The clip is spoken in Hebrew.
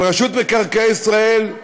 אבל רשות מקרקעי ישראל,